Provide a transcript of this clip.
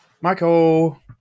Michael